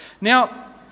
Now